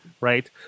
right